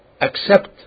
accept